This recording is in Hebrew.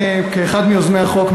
כאחד מיוזמי החוק,